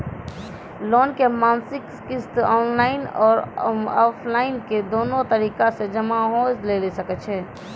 Loan के मासिक किस्त ऑफलाइन और ऑनलाइन दोनो तरीका से जमा होय लेली सकै छै?